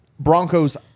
Broncos